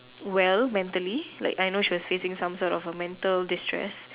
well mentally like I know she was facing some sort of a mental distress